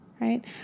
right